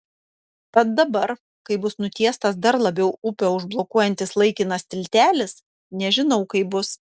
tad dabar kai bus nutiestas dar labiau upę užblokuojantis laikinas tiltelis nežinau kaip bus